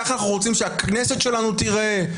ככה אנחנו רוצים שהכנסת שלנו תיראה?